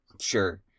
Sure